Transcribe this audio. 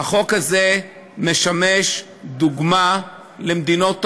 החוק הזה משמש דוגמה למדינות העולם,